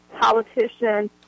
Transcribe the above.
politician